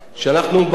כשאנחנו באים